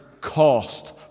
cost